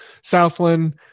Southland